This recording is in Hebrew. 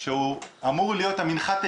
ברשותכם,